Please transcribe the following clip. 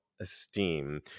Esteem